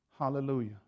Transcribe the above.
Hallelujah